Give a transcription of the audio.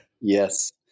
Yes